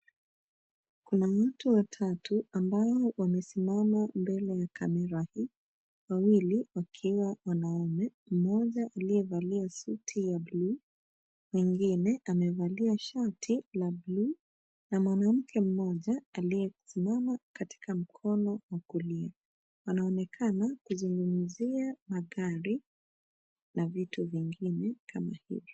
Kuna watu watatu ambao wamesimama mbele ya kamera hii. Wawili wakiwa wanaume, mmoja aliyevalia suti ya bluu, mwingine amevalia shati la bluu na mwanamke mmoja aliyesimama katika mkono wa kulia. Wanaonekana kuzungumzia magari na vitu vingine kama hivyo.